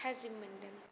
थाजिम मोनदों